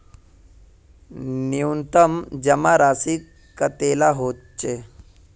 न्यूनतम जमा राशि कतेला होचे?